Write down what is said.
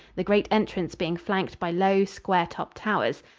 the great entrance being flanked by low, square-topped towers.